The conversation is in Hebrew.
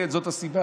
כן, זאת הסיבה.